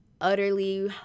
utterly